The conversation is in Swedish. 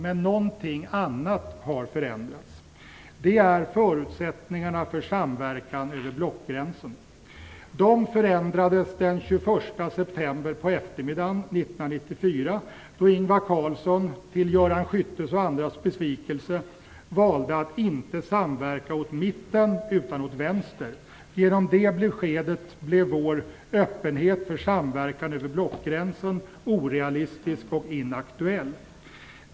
Men någonting annat har förändrats. Det är förutsättningarna för samverkan över blockgränserna. De förändrades på eftermiddagen den 21 september 1994 då Ingvar Carlsson till Göran Skyttes och andras besvikelse valde att inte samverka åt mitten utan åt vänster. Genom det beskedet blev vår öppenhet för samverkan över blockgränsen orealistisk och inaktuell.